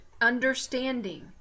understanding